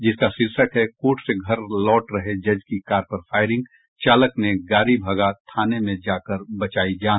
जिसका शीर्षक है कोर्ट से घर लौट रहे जज की कार पर फायरिंग चालक ने गाड़ी भगा थाने ले जाकर बचाई जान